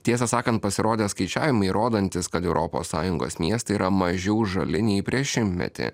tiesą sakant pasirodė skaičiavimai rodantys kad europos sąjungos miestai yra mažiau žali nei prieš šimtmetį